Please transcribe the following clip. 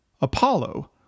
Apollo